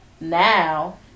now